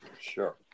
Sure